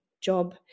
job